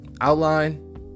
outline